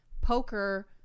poker